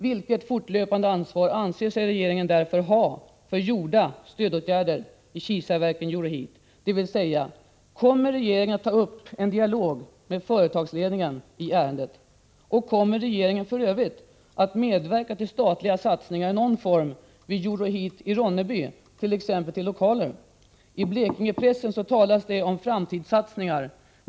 Vilket fortlöpande ansvar anser sig regeringen ha för gjorda stödåtgärder i Kisaverken, numera Euroheat? Kommer regeringen att ta upp en dialog med företagsledningen i ärendet? Kommer regeringen för övrigt att medverka till statliga satsningar i någon form vid Euroheat i Ronneby, t.ex. till lokaler? I Blekingepressen talas det om ”framtidssatsningar”.